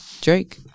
Drake